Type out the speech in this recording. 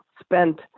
spent